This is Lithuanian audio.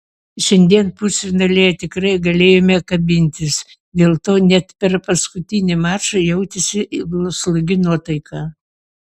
šiandien pusfinalyje tikrai galėjome kabintis dėl to net per paskutinį mačą jautėsi slogi nuotaika